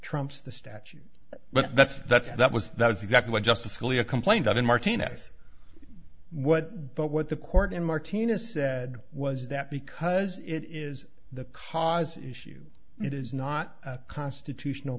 trumps the statute but that's that's and that was that was exactly what justice scalia complained of in martinez what but what the court in martinez said was that because it is the cause issue it is not a constitutional